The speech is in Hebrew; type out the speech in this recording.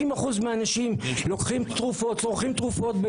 50% מהאנשים לוקחים תרופות, צורכים תרופות.